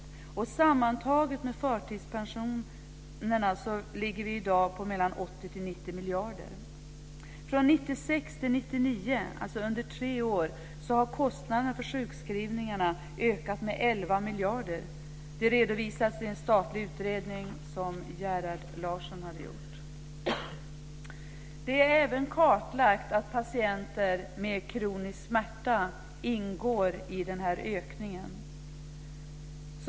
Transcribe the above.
Kostnaderna sammantaget, med förtidspensioner, ligger i dag på 80-90 miljarder. Från 1996 till 1999, dvs. under tre år, har kostnaderna för sjukskrivningarna ökat med 11 miljarder kronor. Det redovisas i en statlig utredning av Gerhard Larsson. Det är även kartlagt att patienter med kronisk smärta ingår i den ökningen.